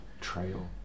trail